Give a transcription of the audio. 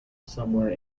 somewhere